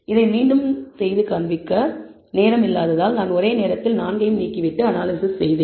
இதை மீண்டும் மீண்டும் செய்து காண்பிக்க நேரம் இல்லாததால் நான் ஒரே நேரத்தில் 4 ஐ நீக்கிவிட்டு அனாலிசிஸ் செய்தேன்